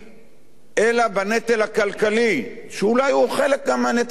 אלא בנטל הכלכלי, שאולי הוא חלק גם מהנטל הלאומי.